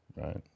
right